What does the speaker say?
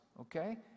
Okay